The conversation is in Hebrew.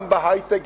גם בהיי-טק,